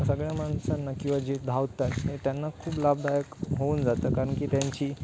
सगळ्या माणसांना किंवा जी धावतात ते त्यांना खूप लाभदायक होऊन जातं कारण की त्यांची